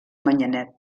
manyanet